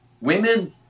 Women